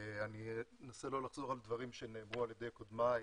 אני אנסה לא לחזור על דברים שנאמרו על ידי קודמיי,